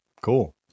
cool